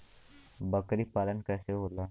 बकरी पालन कैसे होला?